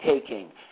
taking